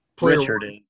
Richard